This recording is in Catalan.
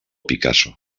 picasso